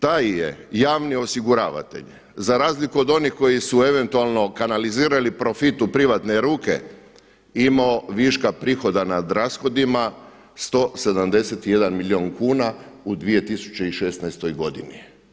Taj je javni osiguravatelj za razliku od onih koji su eventualno kanalizirali profit u privatne ruke imao viška prihoda nad rashodima 171 milijun kuna u 2016. godini.